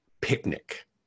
Picnic